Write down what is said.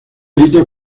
delitos